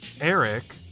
Eric